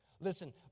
Listen